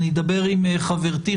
אני אדבר עם חברתי,